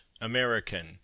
american